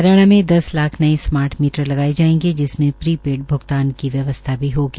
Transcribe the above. हरियाणा में दस लाख नए स्मार्ट मीटर लगाए जायेंगे जिसमें प्रीपेड भ्गतान की व्यवस्था भी होगी